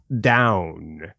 down